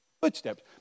Footsteps